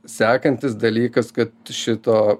sekantis dalykas kad šito